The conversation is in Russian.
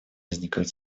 возникают